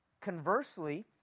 conversely